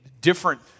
different